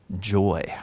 joy